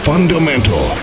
Fundamental